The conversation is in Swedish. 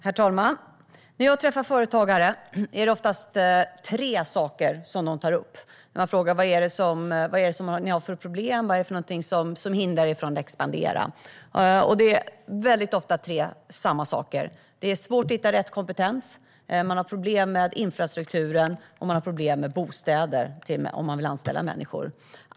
Herr talman! När jag träffar företagare är det oftast tre saker som de tar upp när man frågar vad de har för problem och vad det är för något som hindrar dem från att expandera. Det är oftast samma tre saker: Det är svårt att hitta rätt kompetens, man har problem med infrastrukturen och man har problem med bostäder om man vill anställa människor.